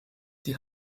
die